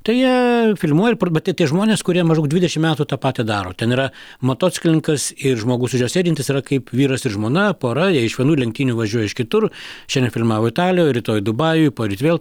tai jie filmuoja ir par bet tie tie žmonės kurie maždaug dvidešim metų tą patį daro ten yra motociklininkas ir žmogus už jo sėdintis yra kaip vyras ir žmona pora jie iš vienų lenktynių važiuoja iš kitur šiandien filmavo italijoj rytoj dubajuj poryt vėl